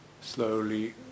slowly